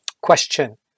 Question